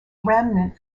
remnant